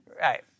Right